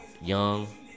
Young